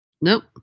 Nope